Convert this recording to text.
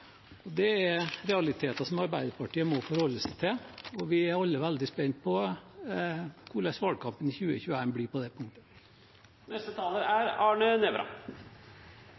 annet. Det er realiteter som Arbeiderpartiet må forholde seg til, og vi er alle veldig spent på hvordan valgkampen i 2021 blir på det